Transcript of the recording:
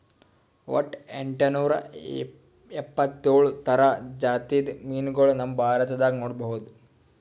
ವಟ್ಟ್ ಎಂಟನೂರಾ ಎಪ್ಪತ್ತೋಳ್ ಥರ ಜಾತಿದ್ ಮೀನ್ಗೊಳ್ ನಮ್ ಭಾರತದಾಗ್ ನೋಡ್ಬಹುದ್